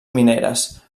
mineres